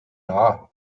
nah